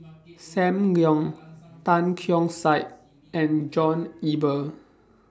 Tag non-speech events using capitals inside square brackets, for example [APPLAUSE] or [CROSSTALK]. [NOISE] SAM Leong Tan Keong Saik and John Eber